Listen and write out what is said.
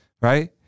right